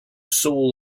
soul